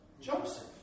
Joseph